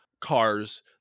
cars